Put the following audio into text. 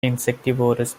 insectivorous